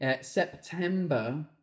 September